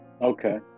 Okay